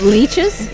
Leeches